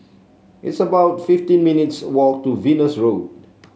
it's about fifteen minutes' walk to Venus Road